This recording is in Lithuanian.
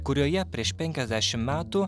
kurioje prieš penkiasdešimt metų